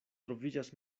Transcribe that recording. troviĝas